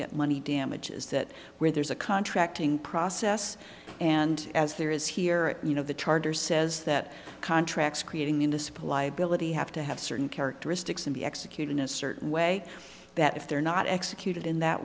get money damages that where there's a contracting process and as there is here you know the charter says that contracts creating municipal liability have to have certain characteristics that we execute in a certain way that if they're not executed in that